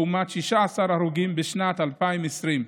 לעומת 16 הרוגים בשנת 2020,